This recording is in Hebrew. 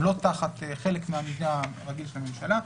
הם לא תחת חלק מהמבנה הרגיל של הממשלה.